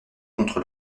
contre